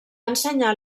ensenyar